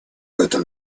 этом